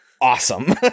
awesome